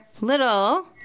little